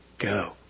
go